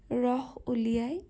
ৰস উলিয়াই